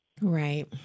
Right